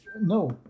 No